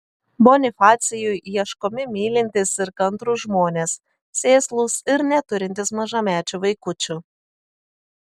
bonifacijui ieškomi mylintys ir kantrūs žmonės sėslūs ir neturintys mažamečių vaikučių